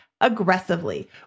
aggressively